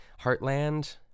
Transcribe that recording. Heartland